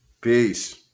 Peace